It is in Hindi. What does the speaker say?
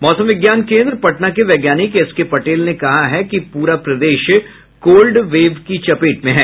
मौसम विज्ञान केन्द्र पटना के वैज्ञानिक एस के पटेल ने कहा है कि पूरा प्रदेश कोल्ड वेव की चपेट में है